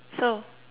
so